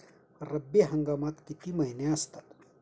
रब्बी हंगामात किती महिने असतात?